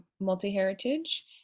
multi-heritage